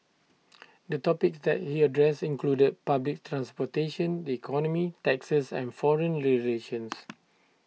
the topics that he addressed included public transportation the economy taxes and foreign relations